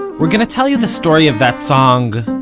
we're going to tell you the story of that song,